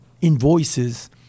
invoices